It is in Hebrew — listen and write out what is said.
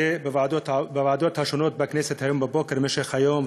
בוועדות שונות בכנסת הבוקר ובמשך היום,